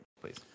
Please